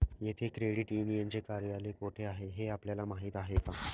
येथे क्रेडिट युनियनचे कार्यालय कोठे आहे हे आपल्याला माहित आहे का?